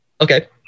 Okay